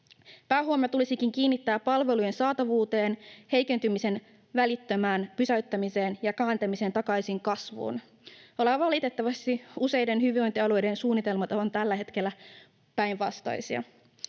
Päähuomio tulisikin kiinnittää palvelujen saatavuuteen, heikentymisen välittömään pysäyttämiseen ja kääntämiseen takaisin kasvuun. Valitettavasti useiden hyvinvointialueiden suunnitelmat ovat tällä hetkellä päinvastaisia.